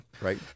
Right